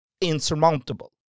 insurmountable